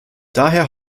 daher